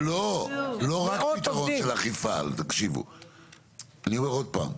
אני אומר עוד פעם.